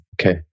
Okay